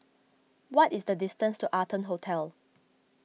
what is the distance to Arton Hotel